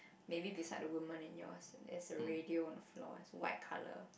maybe beside the woman in yours there's a radio on the floor it's white colour